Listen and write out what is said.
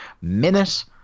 Minute